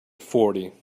forty